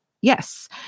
Yes